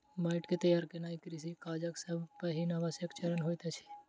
माइट के तैयार केनाई कृषि काजक सब सॅ पहिल आवश्यक चरण होइत अछि